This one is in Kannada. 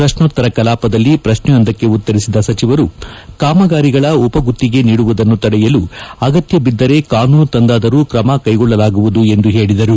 ಪ್ರಶ್ನೋತ್ತರ ಕಲಾಪದಲ್ಲಿ ಪ್ರಶ್ನೆಯೊಂದಕ್ಕೆ ಉತ್ತರಿಸಿದ ಸಚಿವರು ಕಾಮಗಾರಿಗಳ ಉಪ ಗುತ್ತಿಗೆ ನೀಡುವುದನ್ನು ತಡೆಯಲು ಅಗತ್ಯಬಿದ್ದರೆ ಕಾನೂನು ತಂದಾದರೂ ಕ್ರಮ ಕೈಗೊಳ್ಳಲಾಗುವುದು ಎಂದು ಹೇಳಿದರು